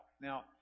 Now